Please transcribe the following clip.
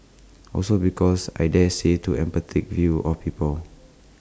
also because I daresay to apathetic view of people